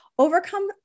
overcome